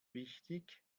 wichtig